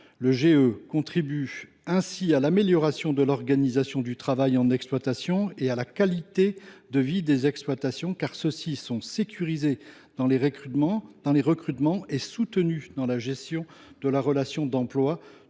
Les GE contribuent ainsi à l’amélioration de l’organisation du travail en exploitation et à la qualité de vie des exploitants, car ceux ci sont sécurisés dans les recrutements et soutenus dans la gestion de la relation d’emploi,